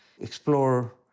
explore